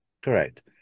Correct